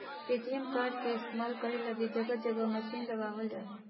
ATM card के इस्तेमाल करे लगी जगह जगह मशीन लगाबल जा हइ